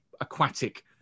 aquatic